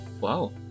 wow